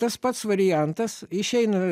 tas pats variantas išeina